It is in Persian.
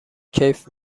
کیف